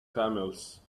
camels